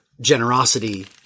generosity